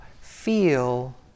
feel